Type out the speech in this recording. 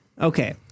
Okay